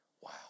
Wow